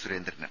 സുരേന്ദ്രനും